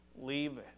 leave